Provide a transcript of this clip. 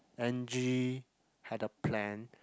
Angie had a plan